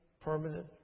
permanent